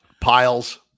Piles